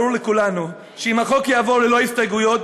ברור לכולנו שאם החוק יעבור ללא הסתייגויות,